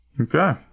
Okay